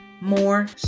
more